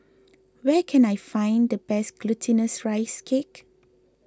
where can I find the best Glutinous Rice Cake